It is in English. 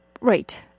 Right